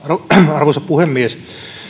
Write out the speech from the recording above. arvoisa puhemies